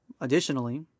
Additionally